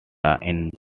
inhabiting